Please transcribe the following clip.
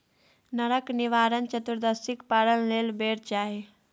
नरक निवारण चतुदर्शीक पारण लेल बेर चाही